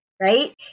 Right